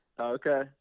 Okay